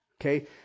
Okay